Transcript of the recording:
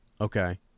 Okay